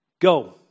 go